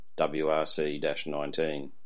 WRC-19